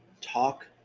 talk